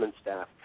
staff